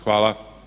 Hvala.